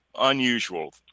unusual